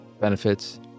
benefits